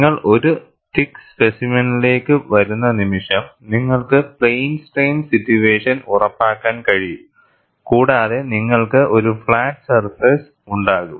നിങ്ങൾ ഒരു തിക്ക് സ്പെസിമെനിലേക്ക് വരുന്ന നിമിഷം നിങ്ങൾക്ക് പ്ലെയിൻ സ്ട്രെയിൻ സിറ്റുവേഷൻ ഉറപ്പാക്കാൻ കഴിയും കൂടാതെ നിങ്ങൾക്ക് ഒരു ഫ്ലാറ്റ് സർഫേസ് ഉണ്ടാകും